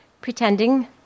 pretending